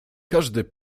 każde